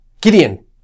Gideon